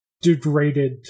degraded